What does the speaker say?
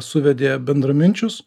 suvedė bendraminčius